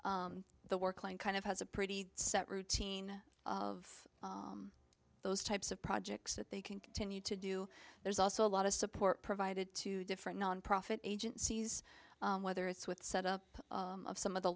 line kind of has a pretty set routine of those types of projects that they can continue to do there's also a lot of support provided to different nonprofit agencies whether it's with set up of some of the